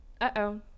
Uh-oh